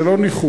וזה לא ניחוש,